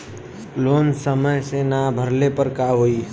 Loan समय से ना भरले पर का होयी?